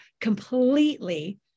completely